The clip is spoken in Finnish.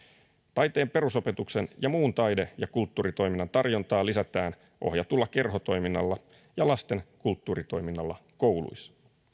taiteen perusopetuksen ja muun taide ja kulttuuritoiminnan tarjontaa lisätään ohjatulla kerhotoiminnalla ja lasten kulttuuritoiminnalla kouluissa